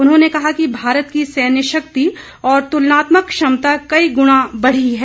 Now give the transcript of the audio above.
उन्होंने कहा कि भारत की सैन्य शक्ति और तुलनात्मक क्षमता कई गुणा बढ़ी है